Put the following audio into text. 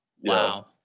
Wow